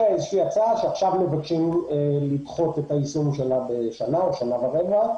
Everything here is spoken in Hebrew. איזושהי הצעה שעכשיו מבקשים לדחות את היישום שלה בשנה או בשנה ורבע.